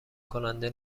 کننده